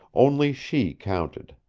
only she counted.